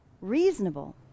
reasonable